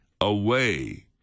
away